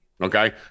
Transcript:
okay